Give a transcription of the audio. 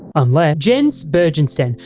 unless. jens bergensten,